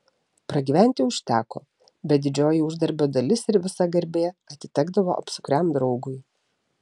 pragyventi užteko bet didžioji uždarbio dalis ir visa garbė atitekdavo apsukriam draugui